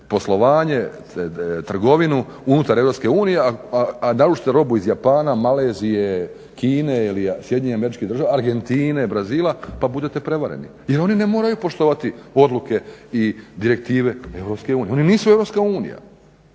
poslovanje, trgovinu unutar Europske unije, a naročito robu iz Japana, Malezije, Kine ili SAD-a, Argentine, Brazila pa budete prevareni jer oni ne moraju poštovati odluke i direktive Europske unije.